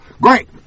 great